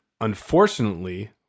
unfortunately